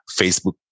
Facebook